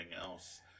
else